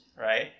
right